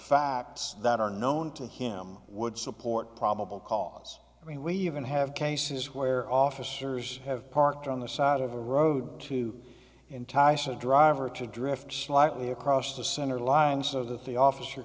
facts that are known to him would support probable cause i mean we even have cases where officers have parked on the side of a road to entice a driver to drift slightly across the center line so that the officer